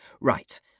Right